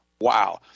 Wow